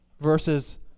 Versus